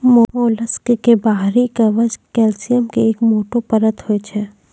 mollusc के बाहरी कवच कैल्सियम के एक मोटो परत होय छै